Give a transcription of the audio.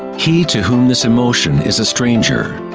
he to whom this emotion is a stranger,